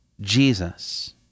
Jesus